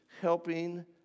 helping